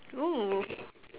oh